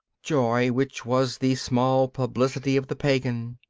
joy, which was the small publicity of the pagan,